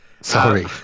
Sorry